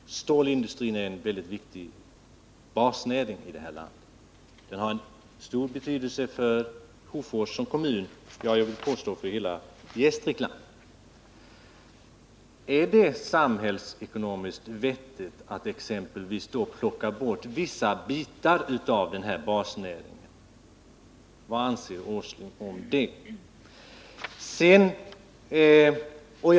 Herr talman! Stålindustrin är en mycket viktig basnäring i det här landet. Den har stor betydelse för Hofors som kommun och jag vill påstå för hela Gästrikland. Är det då samhällsekonomiskt vettigt att exempelvis plocka bort vissa bitar av den basnäringen. Vad anser Nils Åsling om det?